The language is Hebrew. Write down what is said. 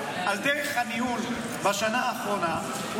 על דרך הניהול בשנה האחרונה,